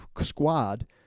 squad